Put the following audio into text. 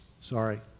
Sorry